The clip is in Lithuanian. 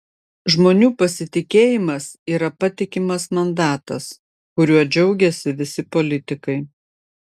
žmonių pasitikėjimas yra patikimas mandatas kuriuo džiaugiasi visi politikai